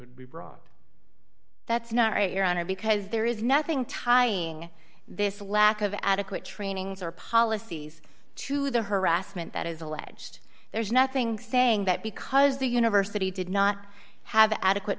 could be brought that's not your honor because there is nothing tying this lack of adequate training or policies to the harassment that is alleged there is nothing saying that because the university did not have adequate